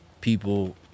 people